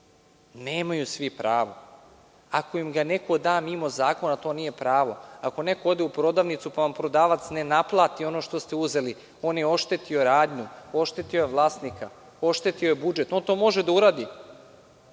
Nemaju svi pravo, nažalost. Ako im ga neko da mimo zakona, to nije pravo. Ako neko ode u prodavnicu, pa vam prodavac ne naplati ono što ste uzeli, on je oštetio radnju, oštetio je vlasnika, oštetio je budžet. On to može da uradi,